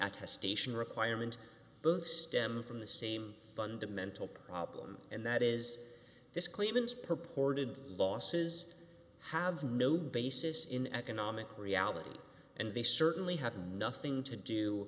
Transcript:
attestation requirement both stem from the same fundamental problem and that is this claimants purported losses have no basis in economic reality and they certainly have nothing to do